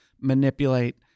manipulate